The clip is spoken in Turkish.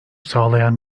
sağlayan